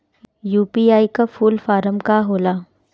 UPI का full form का होला?